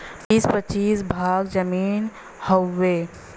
बीसे पचीस भाग जमीन हउवे